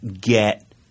get